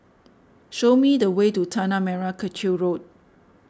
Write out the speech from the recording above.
show me the way to Tanah Merah Kechil Road